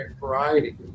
variety